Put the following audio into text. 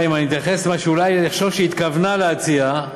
אתייחס למה שאני חושב שאולי היא התכוונה להציע,